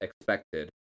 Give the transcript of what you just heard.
expected